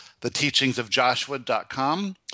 theteachingsofjoshua.com